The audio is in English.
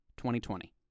2020